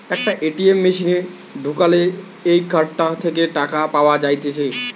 একটা এ.টি.এম মেশিনে ঢুকালে এই কার্ডটা থেকে টাকা পাওয়া যাইতেছে